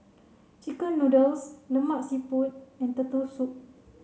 chicken noodles Lemak Siput and turtle soup